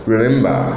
Remember